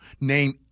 Name